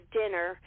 dinner